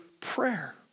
prayer